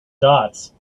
dots